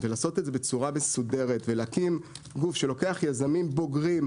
לעשות את זה בצורה מסודרת ולהקים גוף שלוקח יזמים בוגרים,